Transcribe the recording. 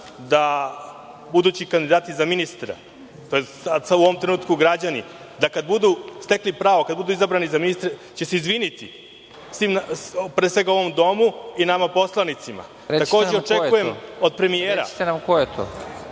da budući kandidati za ministra, tj. u ovom trenutku građani, kada budu stekli pravo, kada budu izabrani za ministre, će se izviniti pre svega ovom domu i nama, poslanicima. Takođe, očekujem od premijera …(Predsednik: Recite nam ko je to,